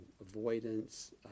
avoidance